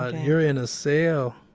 ah you're in a cell.